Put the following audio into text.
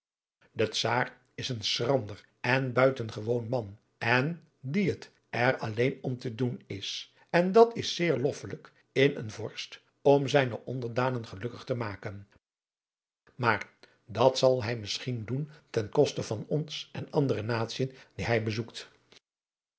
de czaar is een schrander en buitengewoon man en dien het er alleen om te doen is en dat is zeer loffelijk in een vorst om zijne onderdanen gelukkig te maken maar dat zal hij misschien doen ten koste van ons en andere natiën die hij bezoekt